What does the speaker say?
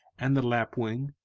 and the lapwing,